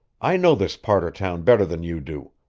i know this part of town better than you do.